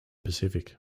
pacific